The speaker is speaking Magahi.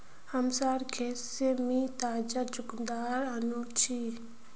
हमसार खेत से मी ताजा चुकंदर अन्याछि